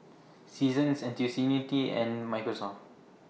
Seasons Ntuc Unity and Microsoft